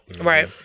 Right